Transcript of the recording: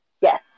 yes